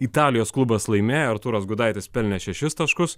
italijos klubas laimėjo artūras gudaitis pelnė šešis taškus